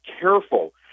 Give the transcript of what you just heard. careful